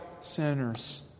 Sinners